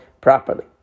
properly